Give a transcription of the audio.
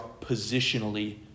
positionally